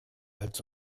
als